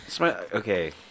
Okay